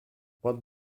what